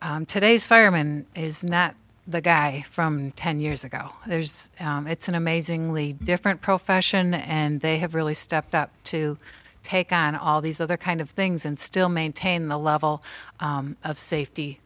d today's fireman is not the guy from ten years ago there's it's an amazingly different profession and they have really stepped up to take on all these other kind of things and still maintain the level of safety